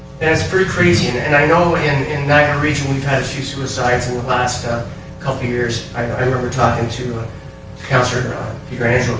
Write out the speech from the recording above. it is pretty crazy. and and i know in in niagra region we've had a few suicides in the last ah couple of years. i remember talking to councillor counsellor